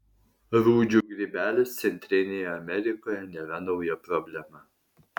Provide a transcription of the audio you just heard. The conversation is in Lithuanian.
rūdžių grybelis centrinėje amerikoje nėra nauja problema